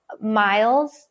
miles